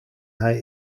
hij